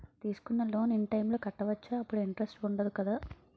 తీసుకున్న loan in time లో కట్టవచ్చ? అప్పుడు ఇంటరెస్ట్ వుందదు కదా?